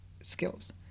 skills